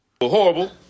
Horrible